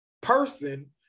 person